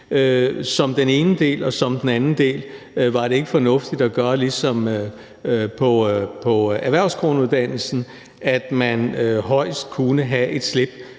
er den ene del. Den anden del er, om ikke det var fornuftigt at gøre ligesom på erhvervsgrunduddannelsen, at man højest kunne have et slip